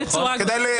נכון,